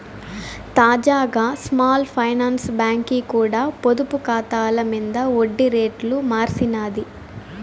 తాజాగా small finance బాంకీ కూడా పొదుపు కాతాల మింద ఒడ్డి రేట్లు మార్సినాది